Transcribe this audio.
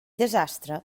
desastre